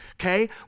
okay